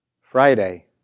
Friday